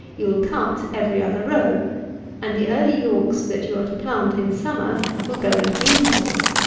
you will cut every other row and the early yorks that you are to plant in summer will go into the intervals.